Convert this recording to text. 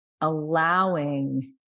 allowing